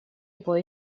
его